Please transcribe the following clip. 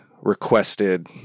requested